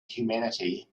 humanity